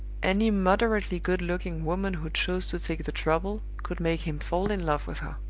any moderately good-looking woman who chose to take the trouble could make him fall in love with her.